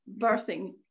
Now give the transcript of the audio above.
birthing